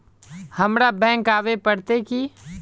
हमरा बैंक आवे पड़ते की?